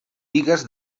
bigues